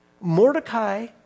Mordecai